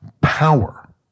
power